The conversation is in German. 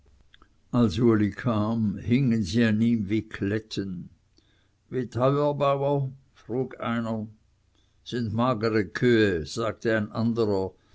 als uli kam hingen sie an ihm wie kletten wie teuer bauer frug einer sind magere kühe sagte ein anderer